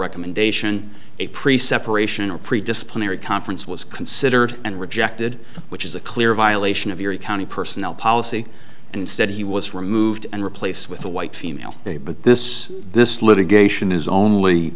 recommendation a pre separation or pre disposed or a conference was considered and rejected which is a clear violation of your county personnel policy instead he was removed and replaced with a white female but this this litigation is only